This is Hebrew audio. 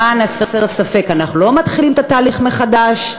למען הסר ספק, אנחנו לא מתחילים את התהליך מחדש.